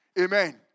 Amen